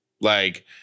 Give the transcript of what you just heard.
Like-